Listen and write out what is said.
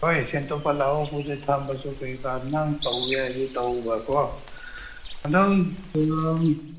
ꯍꯣꯏ ꯁꯦꯡꯇꯣꯛꯄ ꯂꯥꯛꯑꯣ ꯄꯣꯠ ꯆꯩ ꯊꯝꯕ ꯀꯩꯀꯥ ꯃꯌꯥꯝ ꯇꯧꯒꯦ ꯍꯥꯏꯔꯗꯤ ꯇꯧꯋꯣꯕꯀꯣ ꯑꯗꯨꯝ